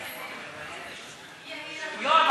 יואב,